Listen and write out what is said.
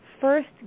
first